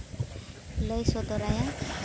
ᱞᱟᱹᱭ ᱥᱚᱫᱚᱨᱟᱭᱟ